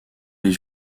les